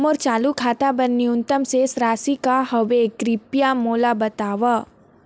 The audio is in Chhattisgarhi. मोर चालू खाता बर न्यूनतम शेष राशि का हवे, कृपया मोला बतावव